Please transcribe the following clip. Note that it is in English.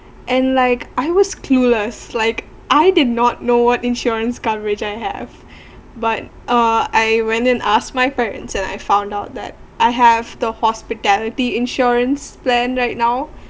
and like I was clueless like I did not know what insurance coverage I have but uh I went and asked my parents and I found out that I have the hospitality insurance plan right now